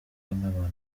n’abantu